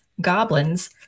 goblins